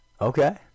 okay